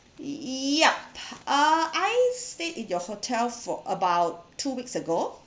yup uh I stayed in your hotel for about two weeks ago